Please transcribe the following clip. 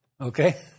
Okay